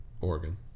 Oregon